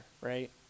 right